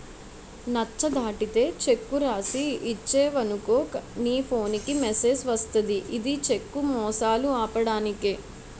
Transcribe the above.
నచ్చ దాటితే చెక్కు రాసి ఇచ్చేవనుకో నీ ఫోన్ కి మెసేజ్ వస్తది ఇది చెక్కు మోసాలు ఆపడానికే